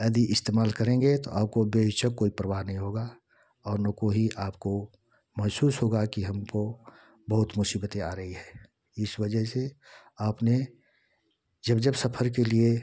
यदि इस्तेमाल करेंगे तो आपको बेहिचक कोई परवाह नहीं होगा उनको ही आपको महसूस होगा कि हमको बहुत मुसीबतें आ रही है इस वजह से आपने जब जब सफर के लिए